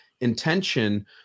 intention